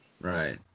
Right